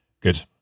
Good